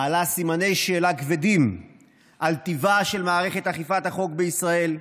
מעלים סימני שאלה כבדים על טיבה של מערכת אכיפת החוק בישראל,